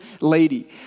lady